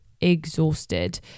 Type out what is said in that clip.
exhausted